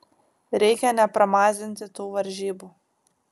reikia nepramazinti tų varžybų